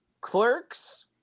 Clerks